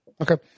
Okay